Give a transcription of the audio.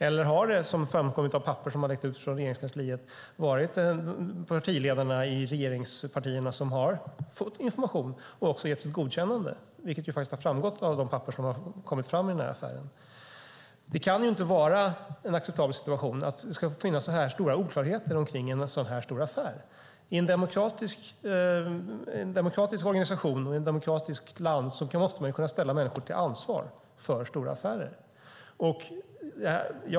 Eller har det, som framkommit av papper som har läckt ut från Regeringskansliet, varit partiledarna i regeringspartierna som har fått information och också gett sitt godkännande, vilket faktiskt har framgått av de papper som har kommit fram i denna affär? Det kan inte vara en acceptabel situation att det ska få finnas så stora oklarheter kring en så stor affär. I en demokratisk organisation och i ett demokratiskt land måste man kunna ställa människor till ansvar för stora affärer.